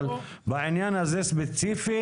אבל בעניין הזה ספציפית